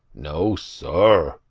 no, sir,